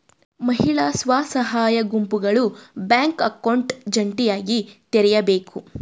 ಮಹಿಳಾ ಸ್ವಸಹಾಯ ಗುಂಪುಗಳು ಬ್ಯಾಂಕ್ ಅಕೌಂಟ್ ಜಂಟಿಯಾಗಿ ತೆರೆಯಬೇಕು